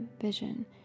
vision